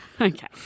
Okay